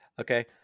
Okay